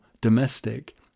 domestic